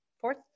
fourth